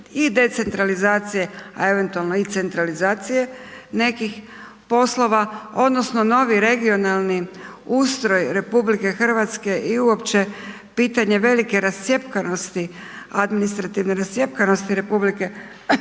i decentralizacije, a eventualno i centralizacije nekih poslova odnosno novi regionalni ustroj RH i uopće pitanje velike rascjepkanosti, administrativne